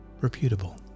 reputable